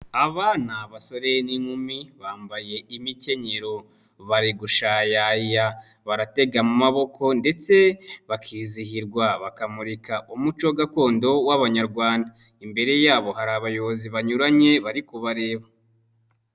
Aba ni abasore n'inkumi bambaye imikenyero. Bari gushayaya, baratega amaboko ndetse bakizihirwa bakamurika umuco gakondo w'Abanyarwanda. Imbere yabo hari abayobozi banyuranye bari kubareba.